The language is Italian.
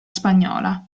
spagnola